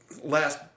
last